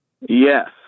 Yes